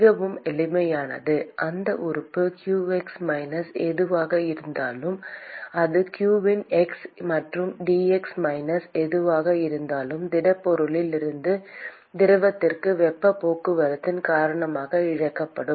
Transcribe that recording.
மிகவும் எளிமையானது அந்த உறுப்பு qx மைனஸ் எதுவாக இருந்தாலும் அது q இன் x மற்றும் dx மைனஸ் எதுவாக இருந்தாலும் திடப்பொருளில் இருந்து திரவத்திற்கு வெப்பப் போக்குவரத்தின் காரணமாக இழக்கப்படும்